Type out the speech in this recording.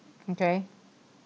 okay